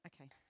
Okay